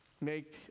make